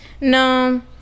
No